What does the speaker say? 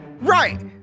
Right